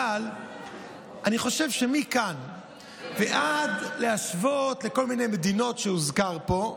אבל אני חושב שמכאן ועד להשוות לכל מיני מדינות שהוזכרו פה,